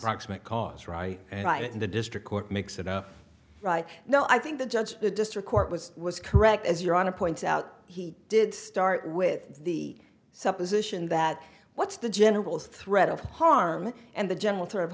proximate cause right and i in the district court mix it up right now i think the judge the district court was was correct as you're on to point out he did start with the supposition that what's the general threat of harm and the general to of